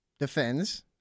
Defends